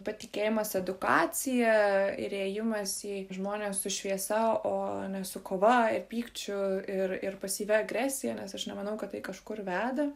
patikėjimas edukacija ir ėjimas į žmones su šviesa o o ne su kova pykčiu ir ir pasyvia agresija nes aš nemanau kad tai kažkur veda